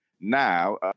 Now